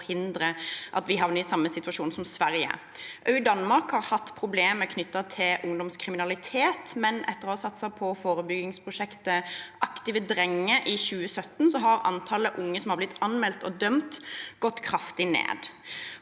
forhindre at vi havner i samme situasjon som Sverige. Også Danmark har hatt problemer knyttet til ungdomskriminalitet, men etter å ha satset på forebyggingsprosjektet «Aktive drenge» i 2017 har antallet unge som har blitt anmeldt og dømt, gått kraftig ned.